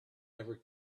ever